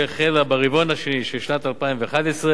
שהחלה ברבעון השני של שנת 2011,